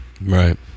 Right